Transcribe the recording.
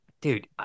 dude